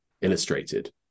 illustrated